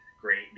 great